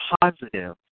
positive